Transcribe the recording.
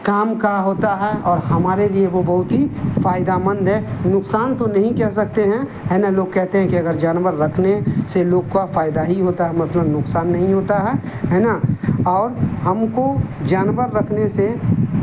کام کا ہوتا ہے اور ہمارے لیے وہ بہت ہی فائدہ مند ہے نقصان تو نہیں کہہ سکتے ہیں ہے نا لوگ کہتے ہیں کہ اگر جانور رکھنے سے لوگ کا فائدہ ہی ہوتا ہے مثئلاً نقصان نہیں ہوتا ہے ہے نا اور ہم کو جانور رکھنے سے